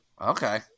Okay